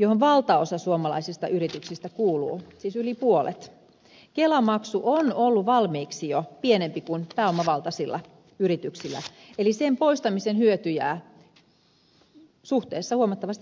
johon valtaosa suomalaisista yrityksistä kuuluu siis yli puolet kelamaksu on ollut valmiiksi jo pienempi kuin pääomavaltaisilla yrityksillä eli poistamisen hyöty jää suhteessa huomattavasti pienemmäksi